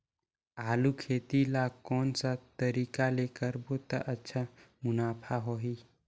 आलू खेती ला कोन सा तरीका ले करबो त अच्छा मुनाफा होही?